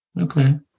Okay